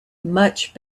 much